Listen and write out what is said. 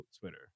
Twitter